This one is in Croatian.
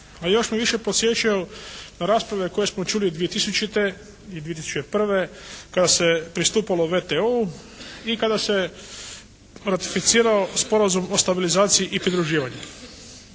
a još me više podsjećaju na rasprave koje smo čuli 2000. i 2001. kada se pristupalo WTO-u i kada se ratificirao Sporazum o stabilizaciji i pridruživanju.